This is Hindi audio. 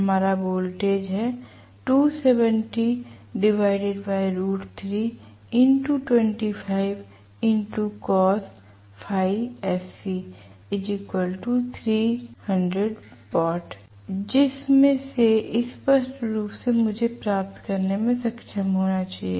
हमारा वोल्टेज है जिसमें से स्पष्ट रूप से मुझे प्राप्त करने में सक्षम होना चाहिए